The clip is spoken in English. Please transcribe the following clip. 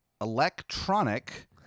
electronic